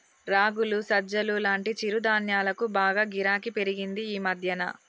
రాగులు, సజ్జలు లాంటి చిరుధాన్యాలకు బాగా గిరాకీ పెరిగింది ఈ మధ్యన